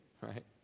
right